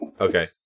Okay